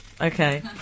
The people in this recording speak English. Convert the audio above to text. Okay